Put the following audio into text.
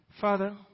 Father